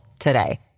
today